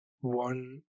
one